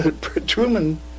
Truman